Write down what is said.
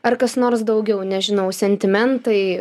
ar kas nors daugiau nežinau sentimentai